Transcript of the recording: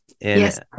Yes